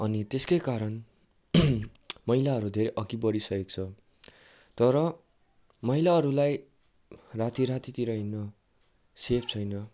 अनि त्यस्कै कारण महिलाहरू धेरै अघि बढिसकेको छ तर महिलाहरूलाई राति रातितिर हिँड्न सेफ छैन